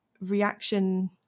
reaction